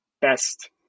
best